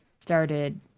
started